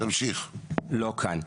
לא כאן.